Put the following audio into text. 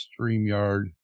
StreamYard